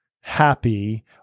happy